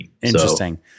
Interesting